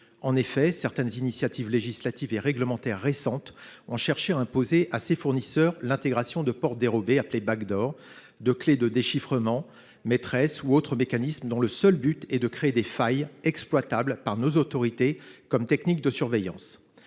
En effet, certaines initiatives législatives et réglementaires récentes ont cherché à imposer à ces fournisseurs l’intégration de portes dérobées (), de clés de déchiffrement maîtresses ou autres mécanismes, dont le seul but est de créer des failles exploitables par nos autorités comme techniques de surveillance.